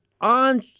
on